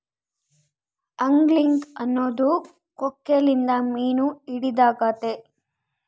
angling ಅನ್ನೊದು ಕೊಕ್ಕೆಲಿಂದ ಮೀನು ಹಿಡಿದಾಗೆತೆ